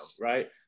right